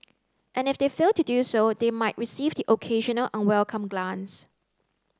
and if they fail to do so they might receive the occasional unwelcome glance